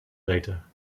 later